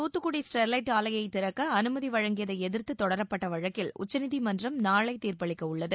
Thoothukudi Sterlite ஆலையைத் திறக்க அனுமதி வழங்கியதை எதிர்த்து தொடரப்பட்ட வழக்கில் உச்சநீதிமன்றம் நாளை தீர்ப்பளிக்க உள்ளது